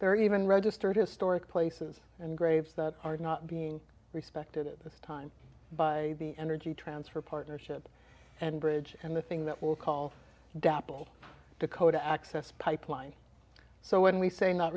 are even registered historic places and graves that are not being respected at this time by the energy transfer partnership and bridge and the thing that will call dapple dakota access pipeline so when we say not